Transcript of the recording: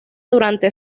durante